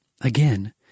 again